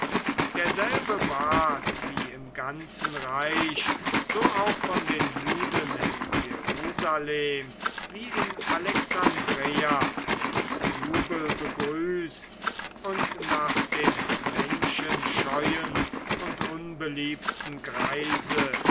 derselbe ward wie im ganzen reich so auch von den juden in jerusalem wie in alexandreia mit jubel begrüßt und nach dem menschenscheuen und unbeliebten greise